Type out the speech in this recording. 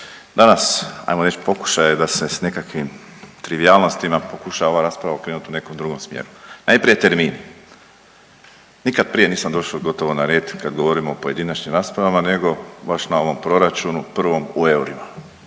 danas ajmo reć pokušaje da se s nekakvim trivijalnostima pokušava ova rasprava okrenuti u nekom drugom smjeru. Najprije termini, nikad prije nisam došao gotovo na red kad govorimo o pojedinačnim raspravama nego baš na ovom proračunu prvom u eurima.